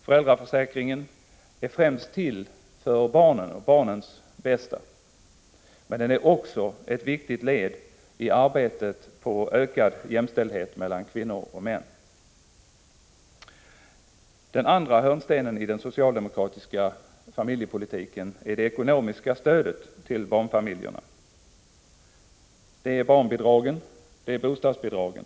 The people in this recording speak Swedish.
Föräldraförsäkringen är främst till för barnen och barnens bästa, men den är också ett viktigt led i arbetet på ökad jämställdhet mellan kvinnor och män. Den andra hörnstenen i den socialdemokratiska familjepolitiken är det ekonomiska stödet till barnfamiljerna. Det är barnbidragen, det är bostadsbidragen.